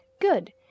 Good